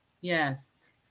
Yes